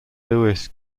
luis